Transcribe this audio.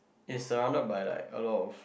is surround not by like a lot of